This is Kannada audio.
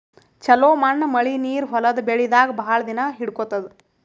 ಛಲೋ ಮಣ್ಣ್ ಮಳಿ ನೀರ್ ಹೊಲದ್ ಬೆಳಿದಾಗ್ ಭಾಳ್ ದಿನಾ ಹಿಡ್ಕೋತದ್